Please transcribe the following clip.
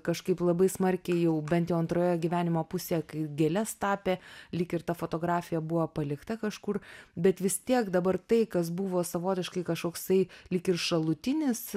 kažkaip labai smarkiai jau bent jau antroje gyvenimo pusėje kai gėles tapė lyg ir ta fotografija buvo palikta kažkur bet vis tiek dabar tai kas buvo savotiškai kažkoksai lyg ir šalutinis